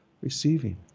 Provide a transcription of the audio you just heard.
receiving